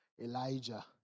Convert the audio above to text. Elijah